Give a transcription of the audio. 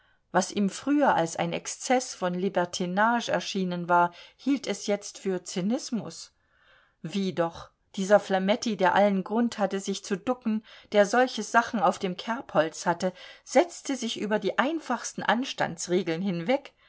was ihm früher als ein exzess von libertinage erschienen war hielt es jetzt für zynismus wie doch dieser flametti der allen grund hatte sich zu ducken der solche sachen auf dem kerbholz hatte setzte sich über die einfachsten anstandsregeln hinweg